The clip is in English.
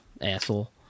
asshole